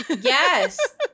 yes